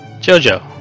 Jojo